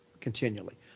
continually